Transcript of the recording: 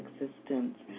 existence